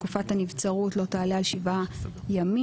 תקופת הנבצרות לא תעלה על שבעה ימים.